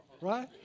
right